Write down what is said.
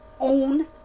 own